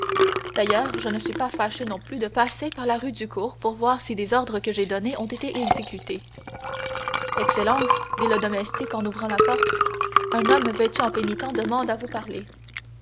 d'ailleurs je ne suis pas fâché non plus de passer par la rue du cours pour voir si des ordres que j'ai donnés ont été exécutés excellence dit le domestique en ouvrant la porte un homme vêtu en pénitent demande à vous parler